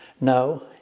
No